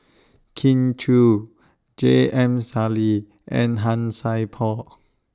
Kin Chui J M Sali and Han Sai Por